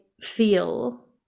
feel